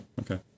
okay